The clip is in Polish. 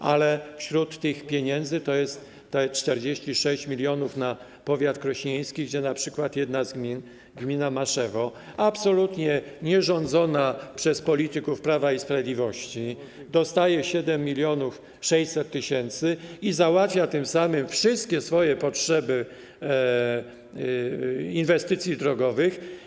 W ramach tych pieniędzy jest 46 mln na powiat krośnieński, gdzie np. jedna z gmin, gmina Maszewo, absolutnie nie rządzona przez polityków Prawa i Sprawiedliwości, dostaje 7600 tys. i załatwia tym samym wszystkie swoje potrzeby w zakresie inwestycji drogowych.